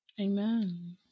Amen